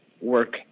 Work